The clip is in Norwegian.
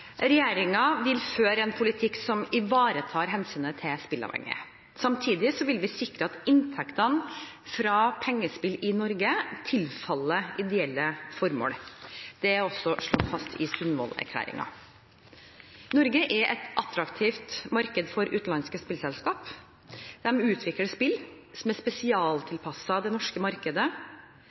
vil føre en politikk som ivaretar hensynet til spilleavhengige. Samtidig vil vi sikre at inntektene fra pengespill i Norge tilfaller ideelle formål. Det er også slått fast i Sundvolden-erklæringen. Norge er et attraktivt marked for utenlandske spillselskap. De utvikler spill som er spesialtilpasset det norske markedet.